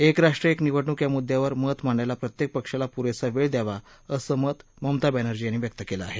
क्रिष्ट्र क्रि निवडणूक या मुद्दयावर मत मांडायला प्रत्येक पक्षाला पुरेसा वेळ द्यावा असं मतही ममता बॅनर्जी यांनी व्यक्त केलं आहे